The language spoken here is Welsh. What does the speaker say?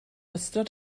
ystod